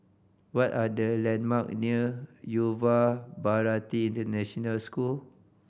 what are the landmark near Yuva Bharati International School